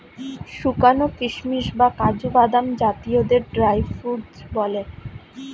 শুকানো কিশমিশ বা কাজু বাদাম জাতীয়দের ড্রাই ফ্রুট বলে